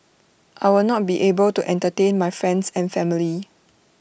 I will not be able to entertain my friends and family